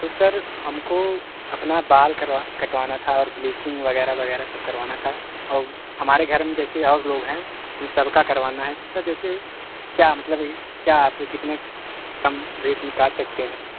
तो सर हमको अपना बाल करवा कटवाना था और ब्लीचिंग वगैरह वगैरह सब करवाना था और हमारे घर में जैसे और लोग हैं हमें सब का करवाना है सर तो जैसे क्या मतलब क्या फिर कितने कम रेट में काट सकते है